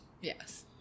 Yes